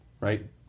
right